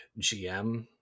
gm